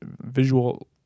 visual